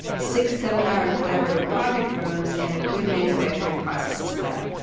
six seminar and collaborative project rooms, and a good manufacturing processes lab.